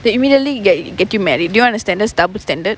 they immediately ge~ get you married do you understand that's double standard